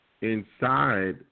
inside